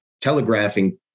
telegraphing